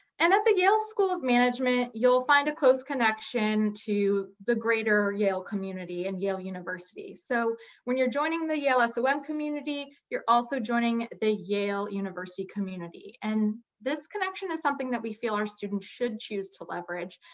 and at the yale school of management, you'll find a close connection to the greater yale community and yale university. so when you're joining the yale so som community, you're also joining the yale university community. and this connection is something that we feel our students should choose to leverage,